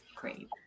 great